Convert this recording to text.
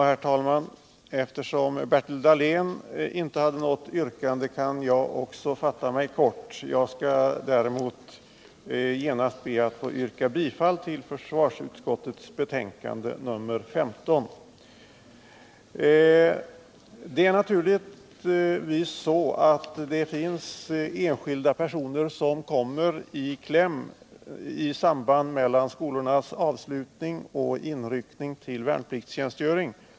Herr talman! Eftersom Bertil Dahlén inte hade något yrkande kan jag fatta mig kort. Jag skall därför genast be att få yrka bifall till utskottets hemställan. Det finns naturligtvis enskilda personer som kommer i kläm när inryckningsdagen till värnpliktstjänstgöring kolliderar med skolans avslutning.